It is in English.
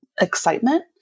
excitement